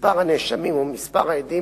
מספר הנאשמים או מספר העדים,